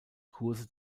kurse